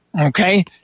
Okay